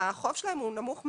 החוב שלהם הוא נמוך מאוד,